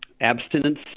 abstinence